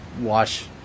watch